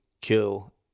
kill